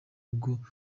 rugo